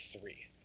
three